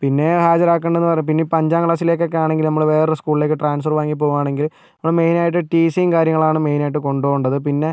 പിന്നെ ഹാജരാക്കേണ്ടതെന്ന് പിന്നെ ഇപ്പം അഞ്ചാം ക്ലാസിലേക്കൊക്കെ ആണെങ്കിൽ നമ്മൾ വേറൊരു സ്കൂളിലേക്ക് ട്രാൻസ്ഫർ വാങ്ങി പോകുകയാണെങ്കിൽ അപ്പം മെയ്നായിട്ട് ടി സിയും കാര്യങ്ങളാണ് മെയ്നായിട്ട് കൊണ്ട് പോകേണ്ടത് പിന്നെ